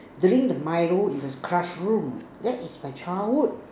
drink the Milo in the classroom that is my childhood